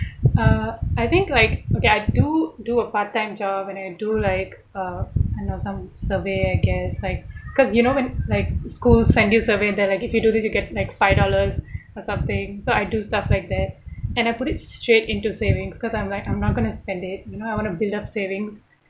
uh I think like okay I do do a part-time job and I do like uh you know some survey I guess like because you know when like school send you survey then like if you do this you get like five dollars or something so I do stuff like that and I put it straight into savings because I'm like I'm not going to spend it you know I want to build up savings